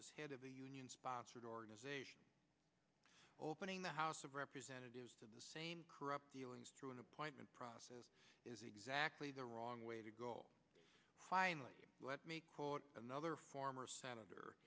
as head of a union sponsored organization opening the house of representatives to the same corrupt dealings through an appointment process is exactly the wrong way to go finally let me quote another former senator